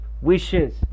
wishes